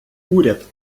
уряд